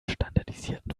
standardisierten